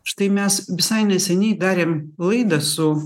štai mes visai neseniai darėm laidą su